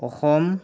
Assam